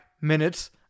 minutes